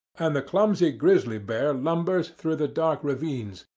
and the clumsy grizzly bear lumbers through the dark ravines,